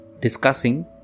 discussing